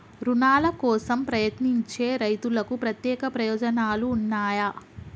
రుణాల కోసం ప్రయత్నించే రైతులకు ప్రత్యేక ప్రయోజనాలు ఉన్నయా?